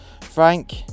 Frank